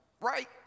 right